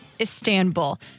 Istanbul